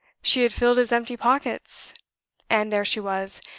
she had filled his empty pockets and there she was,